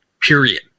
Period